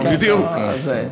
בדיוק.